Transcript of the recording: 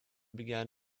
began